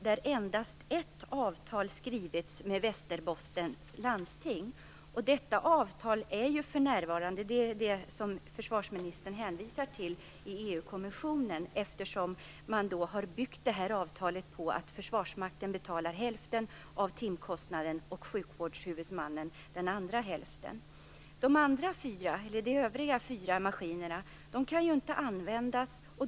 Där har endast ett avtal skrivits med Västerbottens läns landsting. Detta avtal är, som försvarsministern hänvisar till, för närvarande i EU-kommissionen, eftersom det är byggt på att Försvarsmakten betalar hälften av timkostnaden och sjukvårdshuvudmannen den andra hälften. De övriga fyra maskinerna kan inte användas.